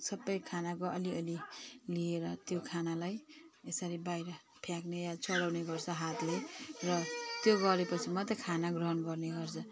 सबै खानाको अलिअलि लिएर त्यो खानालाई यसरी बाहिर फ्याँक्ने या चढाउने गर्छ हातले र त्यो गरेपछि मात्रै खाना ग्रहण गर्ने गर्छ